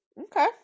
Okay